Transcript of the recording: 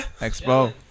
Expo